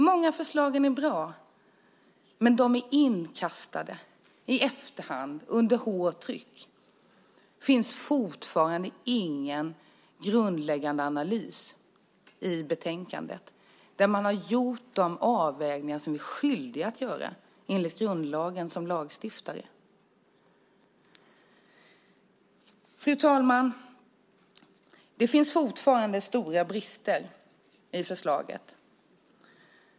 Många av förslagen är bra, men de är inkastade i efterhand under hårt tryck. Det finns fortfarande ingen grundläggande analys i betänkandet där man har gjort de avvägningar som vi som lagstiftare enligt grundlagen är skyldiga att göra. Fru talman! Det finns fortfarande stora brister i förslaget.